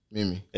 Mimi